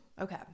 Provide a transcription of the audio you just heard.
Okay